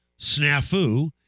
snafu